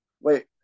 Wait